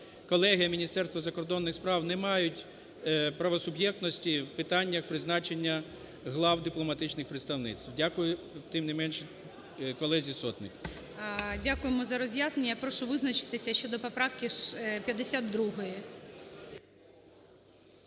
колеги Міністерства закордонних справ не мають правосуб'єктності у питаннях призначення глав дипломатичних представництв. Дякую, тим не менш колезі Сотник. ГОЛОВУЮЧИЙ. Дякуємо за роз'яснення. Я прошу визначитися щодо поправки 52.